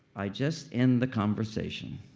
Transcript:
i just end the conversation.